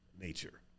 nature